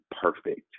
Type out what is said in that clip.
perfect